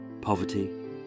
poverty